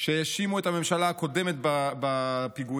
כשהאשימו את הממשלה הקודמת בפיגועים,